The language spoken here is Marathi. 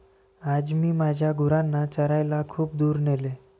आज मी माझ्या गुरांना चरायला खूप दूर नेले